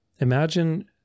Imagine